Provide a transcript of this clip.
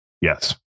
Yes